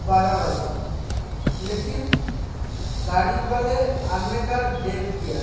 बारह बजे लेकिन गाड़ी वाले आने का देर किया